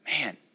Man